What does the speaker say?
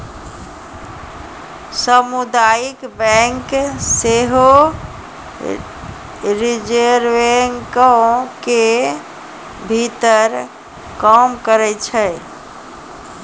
समुदायिक बैंक सेहो रिजर्वे बैंको के भीतर काम करै छै